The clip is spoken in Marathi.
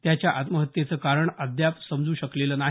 त्याच्या आत्महत्येचं कारण अद्याप समजू शकलेलं नाही